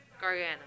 Gargano